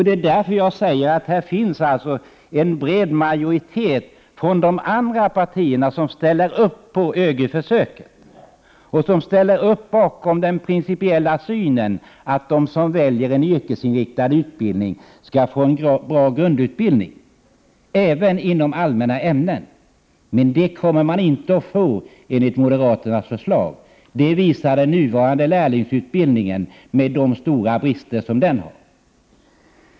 Det är därför som jag säger att här finns en bred majoritet från de övriga partierna som ställer sig bakom ÖGY-försöket och den principiella synen att de som väljer en yrkesinriktad utbildning skall få en bra grundutbildning, även inom allmänna ämnen. Men det kommer man inte att få, enligt moderaternas förslag. Det visar den nuvarande lärlingsutbildningen med de stora brister som råder inom den.